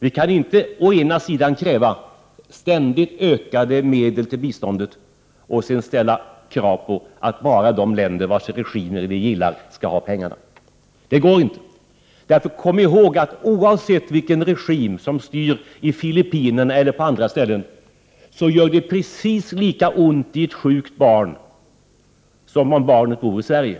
Vi kan inte kräva ständigt ökade medel till bistånd och sedan ställa krav på att bara de länder vars regimer vi gillar skall ha pengarna. Det går inte. Kom ihåg att oavsett vilken regim som styr i Filippinerna eller på andra ställen, gör det precis lika ont i ett sjukt barn som om barnet bor i Sverige.